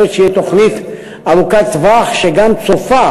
בהחלט אבקש שתהיה תוכנית ארוכת טווח שגם צופה